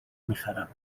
میخرم